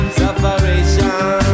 separation